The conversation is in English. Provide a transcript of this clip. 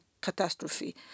catastrophe